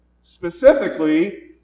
Specifically